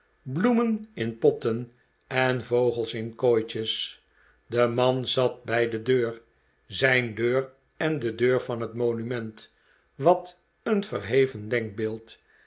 bloemen in potten en vogels in kooifjes de man zat bij de deiir zijn deur en de deur van het monument wat een verheven